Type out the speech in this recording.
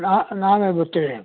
ನಾ ನಾವೇ ಬರ್ತೀವಿ